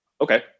okay